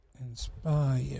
inspire